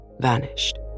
vanished